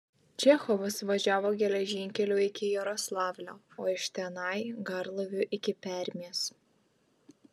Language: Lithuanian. čechovas važiavo geležinkeliu iki jaroslavlio o iš tenai garlaiviu iki permės